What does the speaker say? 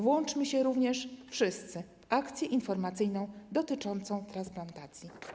Włączmy się również wszyscy w akcję informacyjną dotyczącą transplantacji.